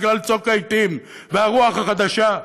בגלל צוק העתים והרוח החדשה,